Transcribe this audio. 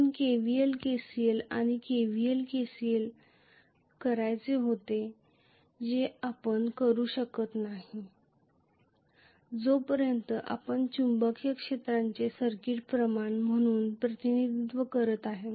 आपण KVL KCL आणि KVLKCL करायचे होते जे आपण करू शकत नाही जोपर्यंत आपण चुंबकीय क्षेत्राचे सर्किट प्रमाण म्हणून प्रतिनिधित्व करत नाही